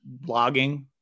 blogging